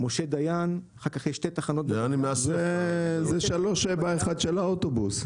משה דיין --- זה 371 של האוטובוס.